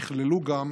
נכללו גם